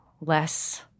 less